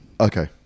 Okay